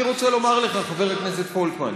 אני רוצה לומר לך, חבר הכנסת פולקמן,